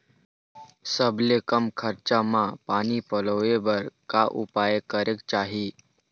सबले कम खरचा मा पानी पलोए बर का उपाय करेक चाही?